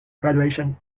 graduation